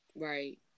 Right